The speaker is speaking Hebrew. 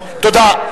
תודה.